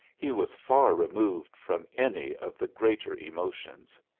he was far removed from any of the greater emotions.